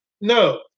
No